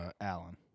Allen